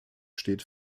steht